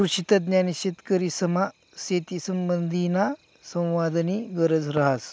कृषीतज्ञ आणि शेतकरीसमा शेतीसंबंधीना संवादनी गरज रहास